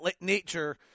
nature